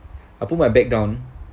I put my bag down